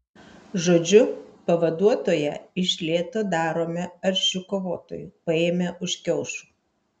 žodžiu pavaduotoją iš lėto darome aršiu kovotoju paėmę už kiaušų